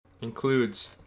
includes